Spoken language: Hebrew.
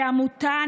כעמותה,